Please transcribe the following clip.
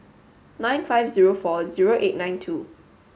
nine five zero four zero eight nine two